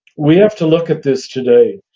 we have to look at this today,